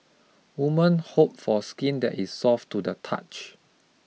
women hope for skin that is soft to the touch